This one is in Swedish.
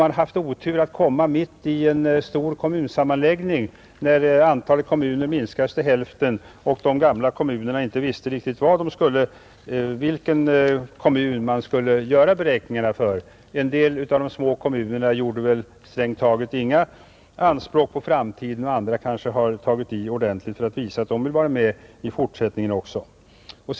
Man har vidare haft oturen att komma mitt i en stor kommunsammanläggning, varvid antalet kommuner minskades till hälften och de gamla kommunerna inte riktigt visste för vilken kommun man skulle göra beräkningarna. En del av de små kommunerna ställde strängt taget inga anspråk på framtiden, medan andra har tagit i ordentligt för att visa att de skall vara med också då.